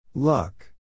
Luck